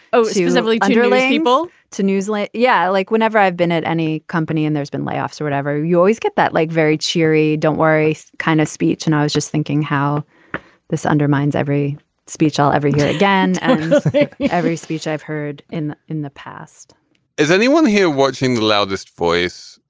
oh she was a really really label to newsletter. yeah. like whenever i've been at any company and there's been layoffs or whatever you always get that like very cheery don't worry kind of speech and i was just thinking how this undermines every speech i'll ever hear yeah again yeah every speech i've heard in in the past is anyone here watching the loudest voice.